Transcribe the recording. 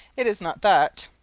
it is not that.